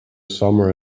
summer